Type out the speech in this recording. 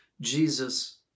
Jesus